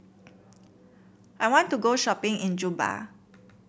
I want to go shopping in Juba